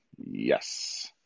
Yes